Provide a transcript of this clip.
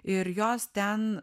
ir jos ten